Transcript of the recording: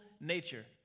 nature